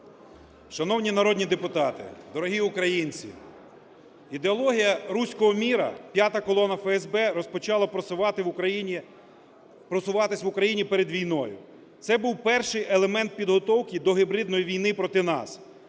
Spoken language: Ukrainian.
Шановні народні депутати! Дорогі українці! Ідеологію "руського мира" "п'ята колона ФСБ" розпочала просувати в Україні… просуватись в Україні перед війною. Це був перший елемент підготовки до гібридної війни проти нас,